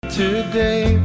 today